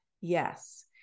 Yes